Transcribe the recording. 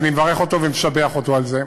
ואני מברך אותו ומשבח אותו על זה,